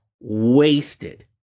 wasted